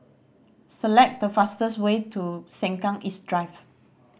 select the fastest way to Sengkang East Drive